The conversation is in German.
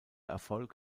erfolg